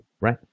right